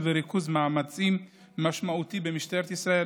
וריכוז מאמצים משמעותי במשטרת ישראל,